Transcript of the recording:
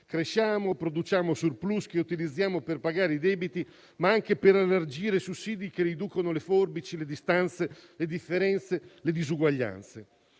cresciamo, produciamo *surplus* che utilizziamo per pagare i debiti, ma anche per elargire sussidi che riducono le forbici, le distanze, le differenze e le disuguaglianze.